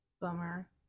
Bummer